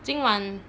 今晚